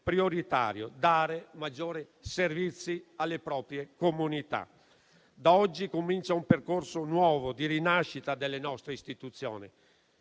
prioritario: dare maggiori servizi alle proprie comunità. Da oggi comincia un percorso nuovo di rinascita delle nostre istituzioni.